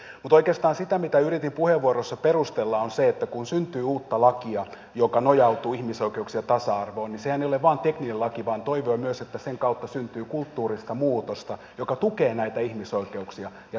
mutta oikeastaan se mitä yritin puheenvuorossa perustella on se että kun syntyy uutta lakia joka nojautuu ihmisoikeuksiin ja tasa arvoon niin sehän ei ole vain tekninen laki vaan toivoin myös että sen kautta syntyy kulttuurista muutosta joka tukee näitä ihmisoikeuksia ja tasa arvoa